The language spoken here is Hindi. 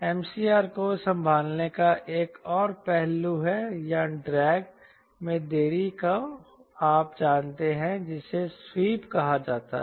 MCR को संभालने का एक और पहलू है या ड्रैग में देरी को आप जानते हैं जिसे स्वीप कहा जाता है